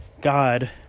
God